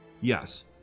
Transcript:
Yes